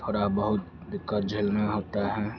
थोड़ी बहुत दिक़्क़त झेलना होता है